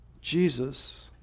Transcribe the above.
Jesus